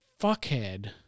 fuckhead